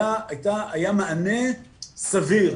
היה מענה סביר.